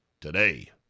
today